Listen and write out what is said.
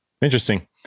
Interesting